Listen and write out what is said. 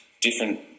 different